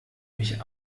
mich